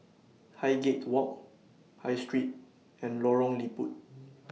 Highgate Walk High Street and Lorong Liput